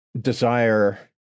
desire